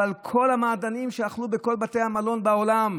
אבל כל המעדנים שאכלו בכל בתי המלון בעולם,